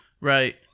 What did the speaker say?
Right